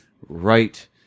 right